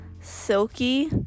Silky